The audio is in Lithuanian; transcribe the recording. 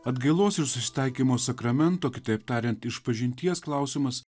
atgailos susitaikymo sakramento kitaip tariant išpažinties klausimas